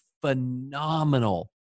phenomenal